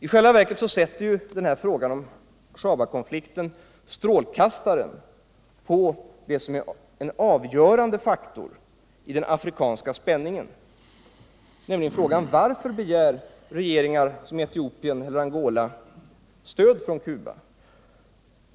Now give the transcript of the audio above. I själva verket sätter Shabakonflikten strålkastaren på en avgörande faktor i den afrikanska spänningen, nämligen frågan varför regeringar som de i Etiopien och Angola begär stöd från Cuba.